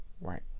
Right